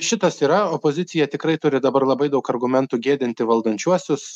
šitas yra opozicija tikrai turi dabar labai daug argumentų gėdinti valdančiuosius